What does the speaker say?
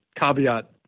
caveat